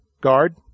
guard